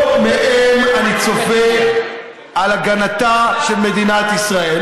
לא מהם אני צופה את הגנתה של מדינת ישראל.